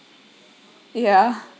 ya